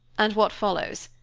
and what follows?